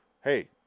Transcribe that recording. Hey